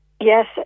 Yes